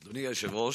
אדוני היושב-ראש,